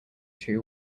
two